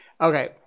okay